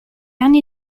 anni